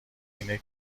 اینه